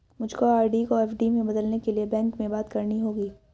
मुझको आर.डी को एफ.डी में बदलने के लिए बैंक में बात करनी होगी